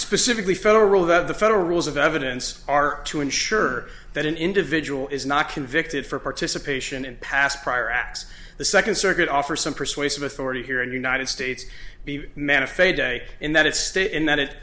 specifically federal the federal rules of evidence are to ensure that an individual is not convicted for participation in past prior acts the second circuit offer some persuasive authority here in the united states be a man of faith day in that state in that